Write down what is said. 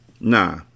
Nah